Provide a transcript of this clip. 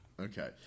Okay